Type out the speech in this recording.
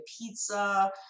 pizza